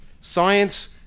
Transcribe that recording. Science